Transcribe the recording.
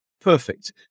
perfect